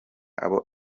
abo